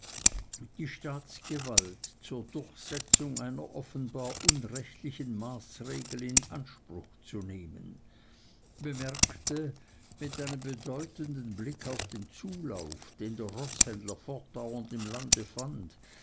die staatsgewalt zur durchsetzung einer offenbar unrechtlichen maßregel in anspruch zu nehmen bemerkte mit einem bedeutenden blick auf den zulauf den der roßhändler fortdauernd im lande fand